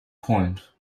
point